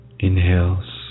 Inhales